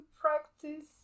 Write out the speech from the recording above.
practice